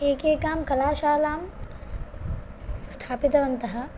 एकेकां कलाशालां स्थापितवन्तः